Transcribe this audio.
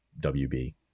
WB